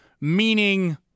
meaning